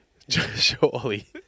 Surely